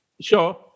sure